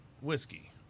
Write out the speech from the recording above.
whiskey